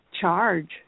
charge